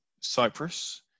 Cyprus